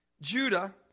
Judah